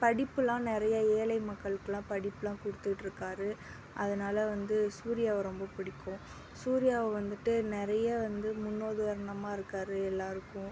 படிப்பெலாம் நிறையா ஏழை மக்களுக்கெலாம் படிப்பெலாம் கொடுத்துட்ருக்காரு அதனால் வந்து சூர்யாவை ரொம்ப பிடிக்கும் சூர்யாவை வந்துட்டு நிறையா வந்து முன் உதாரணமாக இருக்கார் எல்லாேருக்கும்